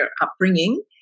upbringing